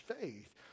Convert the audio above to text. faith